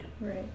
Right